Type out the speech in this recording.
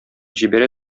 җибәрә